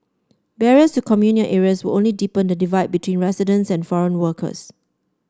barriers to communal areas would only deepen the divide between residents and foreign workers